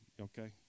Okay